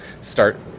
start